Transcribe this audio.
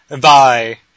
bye